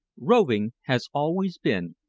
roving has always been,